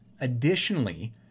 Additionally